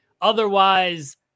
Otherwise